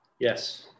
Yes